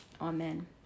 Amen